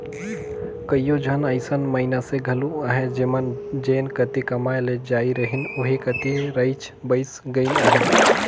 कइयो झन अइसन मइनसे घलो अहें जेमन जेन कती कमाए ले जाए रहिन ओही कती रइच बइस गइन अहें